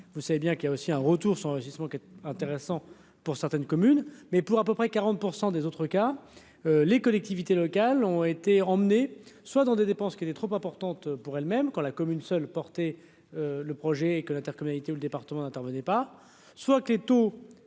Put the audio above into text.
vous savez bien qu'il y a aussi un retour son enrichissement qui était intéressant pour certaines communes, mais pour à peu près 40 % des autres cas, les collectivités locales ont été emmenés soit dans des dépenses qui était trop importante pour même quand la commune seul porter le projet et que l'intercommunalité ou le département n'intervenait pas, soit que l'étau